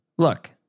Look